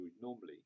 normally